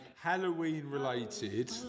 Halloween-related